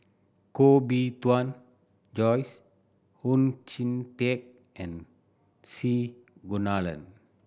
Koh Bee Tuan Joyce Oon Jin Teik and C Kunalan